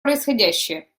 происходящее